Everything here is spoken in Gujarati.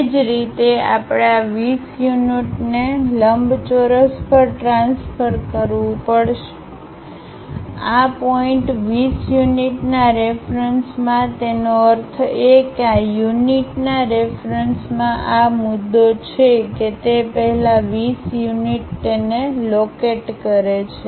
એ જ રીતે આપણે આ 20 યુનિટ ને લંબચોરસ પર ટ્રાન્સફર કરવું પડશે આ પોઇન્ટ 20 યુનિટ ના રેફરન્સ માં તેનો અર્થ એ કે આ યુનિટ ના રેફરન્સમાં આ મુદ્દો છે કે તે પહેલા 20 યુનિટ તેને લોકેટ કરે છે